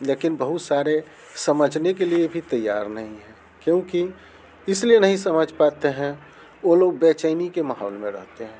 लेकिन बहुत सारे समझने के लिए भी तैयार नहीं है क्योंकि इस लिए नहीं समझ पाते हैं वो लोग बेचैनी को माहौल में रहते हैं